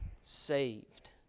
saved